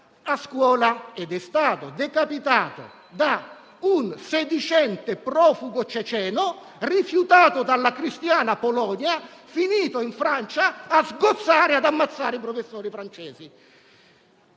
a scuola. È stato decapitato da un sedicente profugo ceceno, rifiutato dalla cristiana Polonia, finito in Francia a sgozzare ed ammazzare i professori francesi.